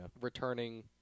returning